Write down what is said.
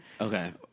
Okay